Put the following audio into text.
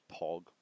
Pog